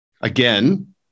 again